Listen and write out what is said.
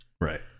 Right